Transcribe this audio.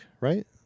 right